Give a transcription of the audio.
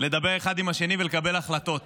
לדבר אחד עם השני ולקבל החלטות.